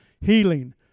Healing